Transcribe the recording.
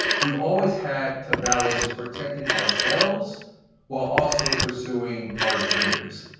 we've always had to balance protecting ourselves while also pursuing our dreams,